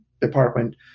department